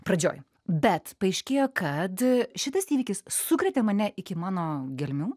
pradžioj bet paaiškėjo kad šitas įvykis sukrėtė mane iki mano gelmių